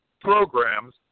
programs